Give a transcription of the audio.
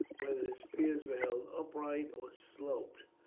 whether the spears were held upright or sloped,